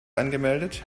angemeldet